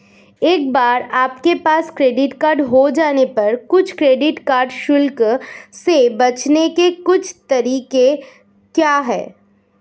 एक बार आपके पास क्रेडिट कार्ड हो जाने पर कुछ क्रेडिट कार्ड शुल्क से बचने के कुछ तरीके क्या हैं?